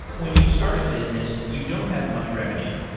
when you start a business, you don't have much revenue.